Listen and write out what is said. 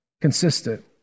consistent